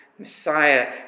Messiah